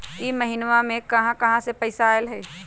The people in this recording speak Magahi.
इह महिनमा मे कहा कहा से पैसा आईल ह?